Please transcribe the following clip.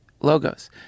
logos